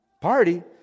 party